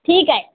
ठीक आहे